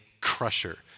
crusher